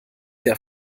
der